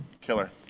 Killer